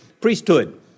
priesthood